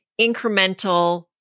incremental